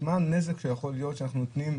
מה הנזק שיכול להיות כשאנחנו נותנים?